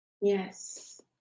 Yes